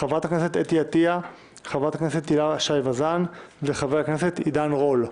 חברת הכנסת אתי עטייה; חברת הכנסת הילה שי וזאן וחבר הכנסת עידן רול.